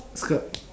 skirt